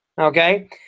okay